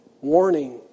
warning